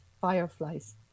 fireflies